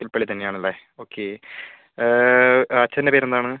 പുൽപ്പള്ളി തന്നെയാണല്ലേ ഓക്കേ അച്ഛൻ്റെ പേരെന്താണ്